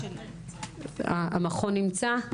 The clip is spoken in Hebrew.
המכון נמצא?